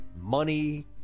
money